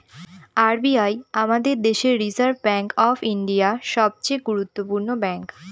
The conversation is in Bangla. আর বি আই আমাদের দেশের রিসার্ভ ব্যাঙ্ক অফ ইন্ডিয়া, সবচে গুরুত্বপূর্ণ ব্যাঙ্ক